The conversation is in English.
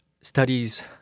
studies